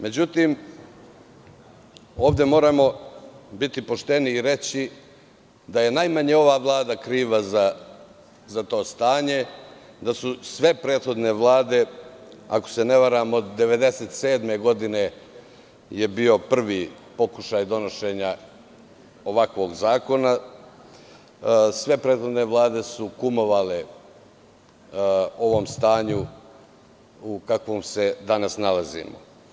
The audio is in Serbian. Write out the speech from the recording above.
Međutim, ovde moramo biti pošteni i reći da je najmanje ova Vlada kriva za to stanje, da su sve prethodne vlade, ako se ne varam, od 1997. godine je bio prvi pokušaj donošenja ovakvog zakona, sve prethodne vlade su kumovale ovom stanju u kakvom se danas nalazimo.